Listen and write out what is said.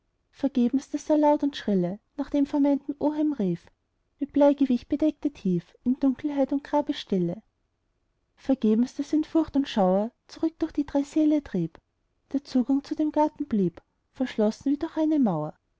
vergebens daß er laut und schrille nach dem vermeinten oheim rief mit bleigewicht bedeckte tief ihn dunkelheit und grabesstille vergebens daß ihn furcht und schauer zurück durch die drei säle trieb der zugang zu dem garten blieb verschlossen wie durch eine mauer